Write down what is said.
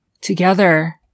together